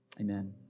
Amen